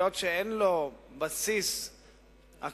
היות שאין לו בסיס אקטוארי,